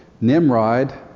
Nimrod